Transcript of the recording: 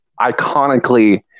iconically